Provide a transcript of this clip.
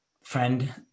friend